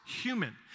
human